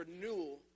renewal